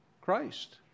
Christ